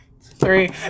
Three